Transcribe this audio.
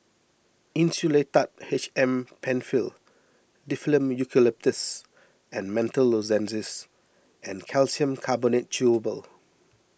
Insulatard H M Penfill Difflam Eucalyptus and Menthol Lozenges and Calcium Carbonate Chewable